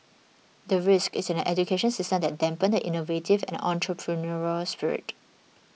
the risk is an education system that dampen the innovative and entrepreneurial spirit